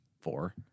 four